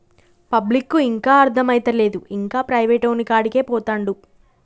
పబ్లిక్కు ఇంకా అర్థమైతలేదు, ఇంకా ప్రైవేటోనికాడికే పోతండు